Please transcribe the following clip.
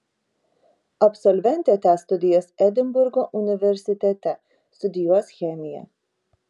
absolventė tęs studijas edinburgo universitete studijuos chemiją